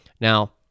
Now